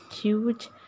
Huge